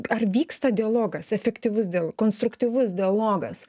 ar vyksta dialogas efektyvus dėl konstruktyvus dialogas